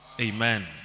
Amen